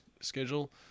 schedule